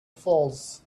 falls